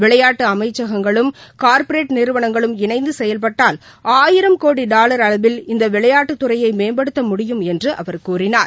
விளையாட்டு அமைச்சகங்களும் கார்ப்பரேட் நிறுவனங்களும் இணைந்து செயல்பட்டால் ஆயிரம் கோடி டாலர் அளவில் இந்த விளையாட்டுத்துறையை மேம்படுத்த முடியும் என்று அவர் கூறினார்